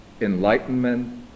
enlightenment